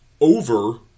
over